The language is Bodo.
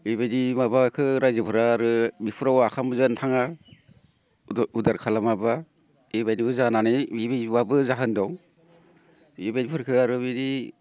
बिबायदि माबाखो रायजोफोरा आरो बिफोराव ओंखामबो जानो थाङा उधार खालामाब्ला बेबादिबो जानानै बिबादिब्लाबो जाहोन दं बिबायदिफोरखौ आरो बिदि